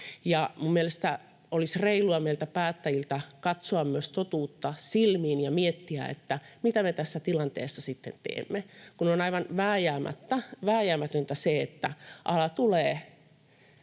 Mielestäni olisi reilua meiltä päättäjiltä katsoa myös totuutta silmiin ja miettiä, mitä me tässä tilanteessa sitten teemme, kun on aivan vääjäämätöntä, että ala tulee